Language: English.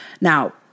Now